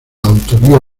autoría